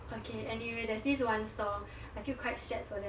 anyway there's this one stall I feel quite sad for them